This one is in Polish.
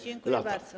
Dziękuję bardzo.